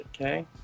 okay